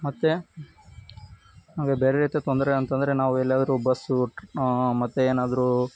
ಮತ್ತು ನಮಗೆ ಬೇರೆ ರೀತಿಯ ತೊಂದರೆ ಅಂತ ಅಂದ್ರೆ ನಾವು ಎಲ್ಲಿಯಾದರೂ ಬಸ್ಸು ಟ್ ಮತ್ತು ಏನಾದರೂ